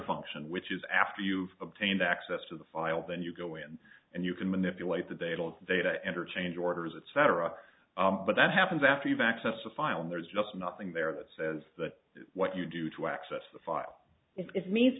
function which is after you've obtained access to the file then you go in and you can manipulate the data data entered change orders etc but that happens after you've accessed a file and there's just nothing there that says that what you do to access the file is means